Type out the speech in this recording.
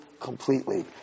completely